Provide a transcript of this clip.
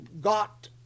got